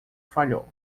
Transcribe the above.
falhou